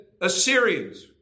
Assyrians